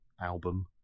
album